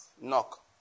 Knock